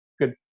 good